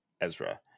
Ezra